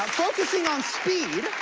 focusing on speed